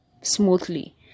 smoothly